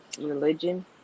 religion